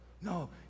No